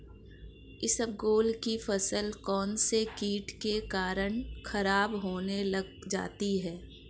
इसबगोल की फसल कौनसे कीट के कारण खराब होने लग जाती है?